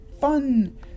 fun